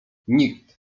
nikt